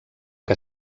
que